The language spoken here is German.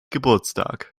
geburtstag